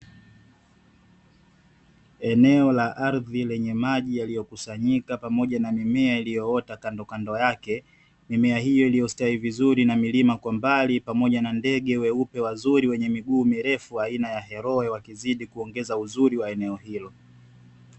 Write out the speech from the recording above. Eneo la ardhi lenye maji yaliyokusanyika, pamoja na mimea iliyoota kandokando yake. Mimea hiyo iliyositawi vizuri, na milima kwa mbali, pamoja na ndege weupe wazuri wenye miguu mirefu aina ya heroe, wakizidi kuongeza uzuri wa eneo hilo.